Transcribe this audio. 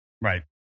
Right